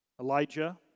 Elijah